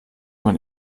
man